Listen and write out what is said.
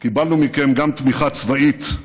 קיבלנו מכם גם תמיכה צבאית,